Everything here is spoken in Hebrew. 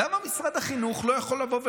למה משרד החינוך לא יכול לבוא ולומר: